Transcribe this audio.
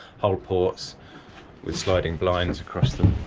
hull ports with sliding blinds across them